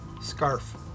scarf